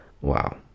Wow